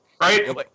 Right